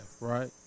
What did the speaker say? right